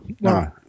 No